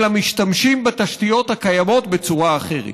אלא משתמשים בתשתיות הקיימות בצורה אחרת.